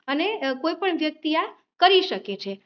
અને કોઈપણ વ્યક્તિ આ કરી શકે છે